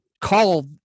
call